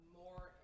more